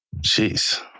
Jeez